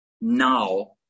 now